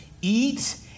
eat